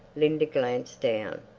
linda glanced down.